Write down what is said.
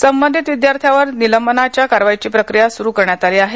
संबंधित विद्यार्थ्यावर निलंबनाच्या कारवाईची प्रक्रिया सुरू करण्यात आली आहे